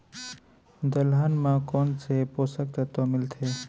दलहन म कोन से पोसक तत्व मिलथे?